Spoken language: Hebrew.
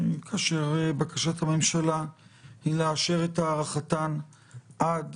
כאשר בקשת הממשלה היא לאשר את הארכתן עד